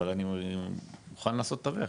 אבל אני מוכן לנסות לתווך.